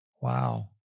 wow